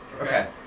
Okay